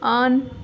on